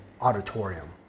auditorium